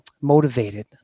motivated